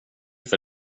för